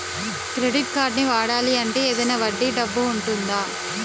Credit కార్డ్ని వాడాలి అంటే ఏదైనా వడ్డీ డబ్బు ఉంటుందా?